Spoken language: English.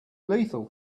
lethal